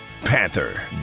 Panther